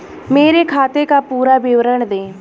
मेरे खाते का पुरा विवरण दे?